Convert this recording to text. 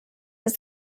ist